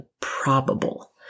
probable